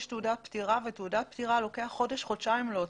תעודת פטירה אורך חודש-חודשיים להוציא.